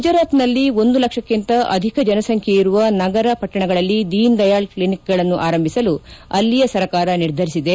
ಗುಜರಾತ್ನಲ್ಲಿ ಒಂದು ಲಕ್ಷಕ್ಕಿಂತ ಅಧಿಕ ಜನಸಂಬ್ದೆಯಿರುವ ನಗರ ಪಟ್ಟಣಗಳಲ್ಲಿ ದೀನ್ ದಯಾಳ್ ಕ್ಲಿನಿಕ್ಗಳನ್ನು ಆರಂಭಿಸಲು ಅಲ್ಲಿಯ ಸರ್ಕಾರ ನಿರ್ಧರಿಸಿದೆ